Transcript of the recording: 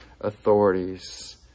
authorities